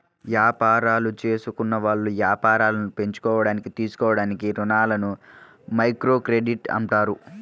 యాపారాలు జేసుకునేవాళ్ళు యాపారాలు పెంచుకోడానికి తీసుకునే రుణాలని మైక్రోక్రెడిట్ అంటారు